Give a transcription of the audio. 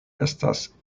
estas